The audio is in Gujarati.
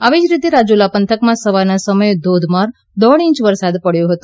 આવી જ રીતે રાજુલા પંથકમા સવારના સમયે જ ધોધમાર દોઢ ઇંચ વરસાદ પડયો હતો